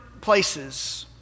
places